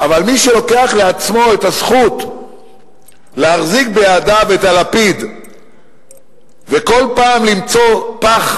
אבל מי שלוקח לעצמו את הזכות להחזיק בידיו את הלפיד וכל פעם למצוא פח